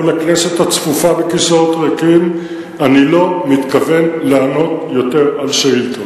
מול הכנסת הצפופה בכיסאות ריקים: אני לא מתכוון לענות יותר על שאילתות.